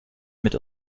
mit